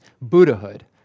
Buddhahood